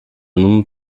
nun